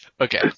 Okay